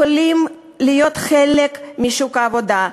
יכולים להיות חלק משוק העבודה.